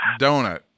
Donut